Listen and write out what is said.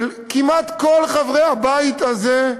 של כמעט כל חברי הבית הזה,